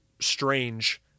strange